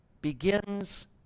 begins